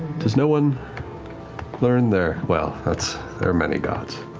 does no one learn their? well, that's, there are many gods.